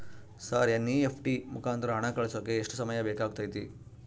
Sir NEFT ಮುಖಾಂತರ ಹಣ ಕಳಿಸೋಕೆ ಎಷ್ಟು ಸಮಯ ಬೇಕಾಗುತೈತಿ?